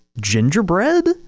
gingerbread